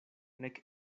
nek